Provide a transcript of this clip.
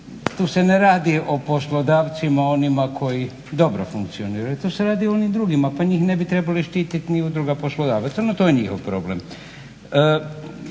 Tu se ne radi o poslodavcima onima koji dobro funkcioniraju, tu se radi o onim drugima, pa njih ne bi trebali štititi ni Udruga poslodavaca, no to je njihov problem.